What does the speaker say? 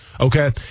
Okay